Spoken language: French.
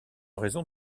raison